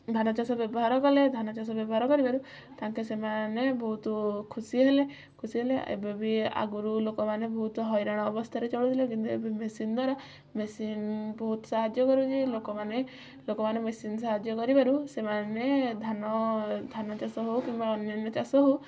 ଧାନ ଚାଷ ବ୍ୟବହାର କଲେ ଧାନ ଚାଷ ବ୍ୟବହାର କରିବାରୁ ତାଙ୍କେ ସେମାନେ ବହୁତ ଖୁସି ହେଲେ ଖୁସି ହେଲେ ଏବେ ବି ଆଗରୁ ଲୋକମାନେ ବହୁତ ହଇରାଣ ଅବସ୍ଥାରେ ଚଳୁ ଥିଲେ ଯେମିତି ମେସିନ ଦ୍ୱାରା ମେସିନ ବହୁତ ସାହାଯ୍ୟ କରୁଛି ଲୋକମାନେ ଲୋକମାନେ ମେସିନ ସାହାଯ୍ୟ କରିବାରୁ ସେମାନେ ଧାନ ଧାନ ଚାଷ ହଉ କିମ୍ବା ଅନ୍ୟାନ୍ୟ ଚାଷ ହଉ